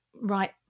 right